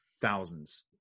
thousands